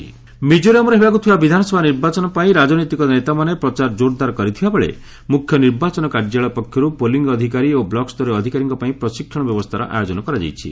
Mizoram poll ମିକୋରାମ୍ରେ ହେବାକୁ ଥିବା ବିଧାନସଭା ନିର୍ବାଚନପାଇଁ ରାଜନୈତିକ ନେତାମାନେ ପ୍ରଚାର କୋର୍ଦାର୍ କରିଥିବାବେଳେ ମୁଖ୍ୟ ନିର୍ବାଚନ କାର୍ଯ୍ୟାଳୟ ପକ୍ଷରୁ ପୋଲିଂ ଅଧିକାରୀ ଏବଂ ବ୍ଲକ୍ସରୀୟ ଅଧିକାରୀଙ୍କ ପାଇଁ ପ୍ରଶିକ୍ଷଣ ବ୍ୟବସ୍ଥାର ଆୟୋଜନ କରାଯାଇଛି